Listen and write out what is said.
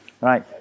Right